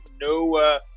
No